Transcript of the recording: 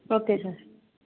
okay sir